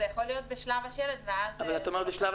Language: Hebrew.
זה יכול להיות בשלב השלד ואז -- אבל את אומרת שבשלב